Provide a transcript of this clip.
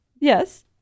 Yes